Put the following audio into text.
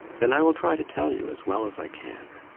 then i will try to tell you as well as i can.